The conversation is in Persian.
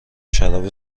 شراب